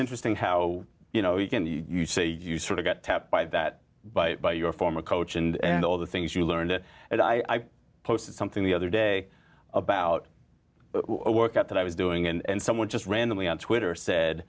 interesting how you know you can you say you sort of get trapped by that but by your former coach and all the things you learned it and i posted something the other day about what work at that i was doing and someone just randomly on twitter said